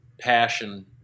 passion